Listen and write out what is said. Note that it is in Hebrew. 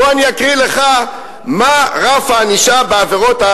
בוא אני אקריא לך מה רף הענישה בעבירות,